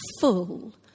full